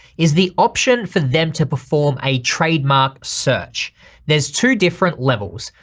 is the option for them to perform a trademark search there's two different levels,